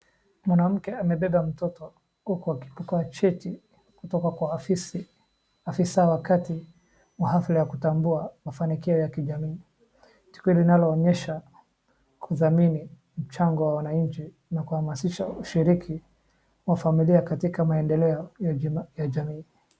Mwanamke amebeba mtoto huku akipokea cheti kutoka kwa ofisi afisa wakati wa hafla ya kutambua mafanikio ya kijamii. Tukio linaonyesha kudhamini mchango wa wananchi na kuhamasisha ushiriki wa familia katika maendeleo ya jamii.